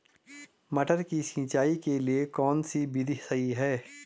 मटर की सिंचाई के लिए कौन सी विधि सही है?